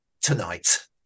tonight